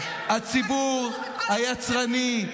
מחלל, לא לכבודך, את כבודם של מתינו?